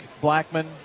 Blackman